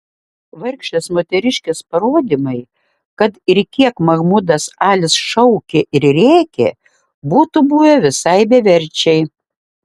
vargšės moteriškės parodymai kad ir kiek mahmudas alis šaukė ir rėkė būtų buvę visai beverčiai